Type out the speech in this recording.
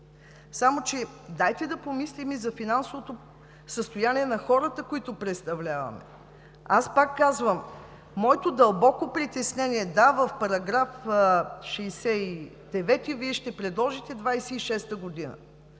само че дайте да помислим и за финансовото състояние на хората, които представляваме. Аз пак казвам, че имам дълбоко притеснение. Да – в § 69 Вие ще предложите 2026 г.